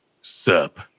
Sup